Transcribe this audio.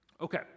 Okay